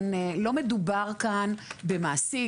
לא מדובר כאן במעסיק,